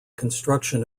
construction